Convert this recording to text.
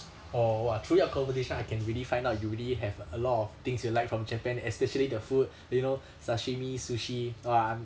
or !wah! through your conversation I can really find out you really have a lot of things you like from japan especially the food you know sashimi sushi ugh I'm